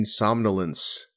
Insomnolence